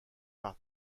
par